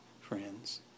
friends